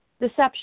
deception